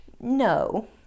No